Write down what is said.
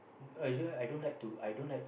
oh usually I don't like to I don't like